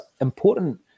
important